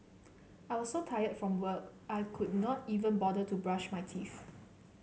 I was so tired from work I could not even bother to brush my teeth